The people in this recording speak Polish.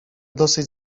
dosyć